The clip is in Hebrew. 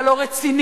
אתה לא רציני,